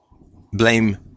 blame